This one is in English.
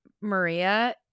Maria